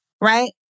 right